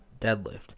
deadlift